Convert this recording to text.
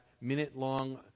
minute-long